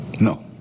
No